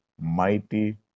mighty